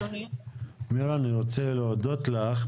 מירה אני רוצה להודות לך.